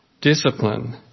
discipline